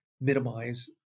minimize